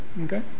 Okay